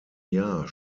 jahr